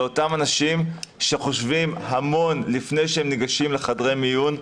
לאותם אנשים שחושבים המון לפני שהם ניגשים לחדרי מיון,